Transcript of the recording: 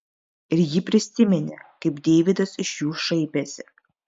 ir ji prisiminė kaip deividas iš jų šaipėsi